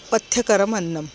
पथ्यकरम् अन्नं